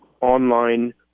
online